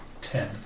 Ten